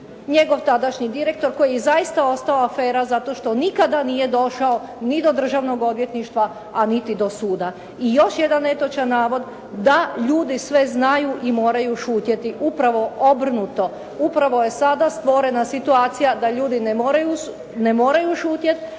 njegov tadašnji direktor koji je zaista ostao afera zato što nikada nije došao ni do Državnog odvjetništva, a niti do suda. I još jedan netočan navod, da ljudi sve znaju i moraju šutjeti. Upravo obrnuto. Upravo je sada stvorena situacija da ljudi ne moraju šutjet,